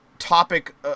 topic